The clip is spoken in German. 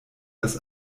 das